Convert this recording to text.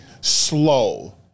slow